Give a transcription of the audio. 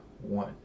one